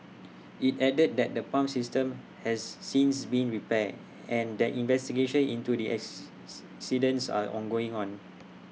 IT added that the pump system has since been repaired and that investigations into the are ongoing on